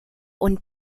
und